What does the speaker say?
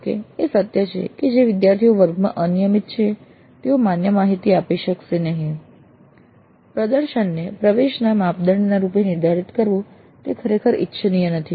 જોકે એ સત્ય છે કે જે વિદ્યાર્થીઓ વર્ગોમાં અનિયમિત છે તેઓ માન્ય માહિતી આપી શકશે નહીં પ્રદર્શનને પ્રવેશ માપદંડના રૂપે નિર્ધારિત કરવું તે ખરેખર ઇચ્છનીય નથી